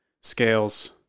scales